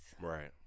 Right